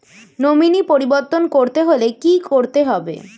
Nominee পরিবর্তন করতে হলে কী করতে হবে?